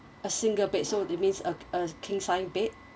a single bed so that means a a king sized bed